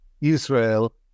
Israel